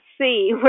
see